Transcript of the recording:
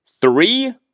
three